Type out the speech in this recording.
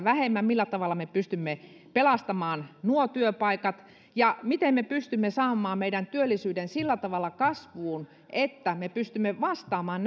lisää millä tavalla me pystymme pelastamaan nuo työpaikat ja miten me pystymme saamaan meidän työllisyyden sillä tavalla kasvuun että me pystymme vastaamaan